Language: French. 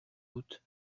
doute